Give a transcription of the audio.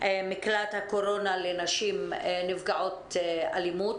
מקלט הקורונה לנשים נפגעות אלימות,